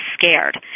scared